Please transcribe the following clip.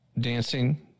dancing